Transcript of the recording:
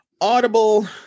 Audible